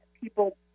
people